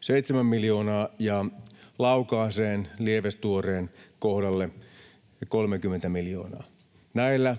7 miljoonaa ja Laukaaseen Lievestuoreen kohdalle 30 miljoonaa. Näillä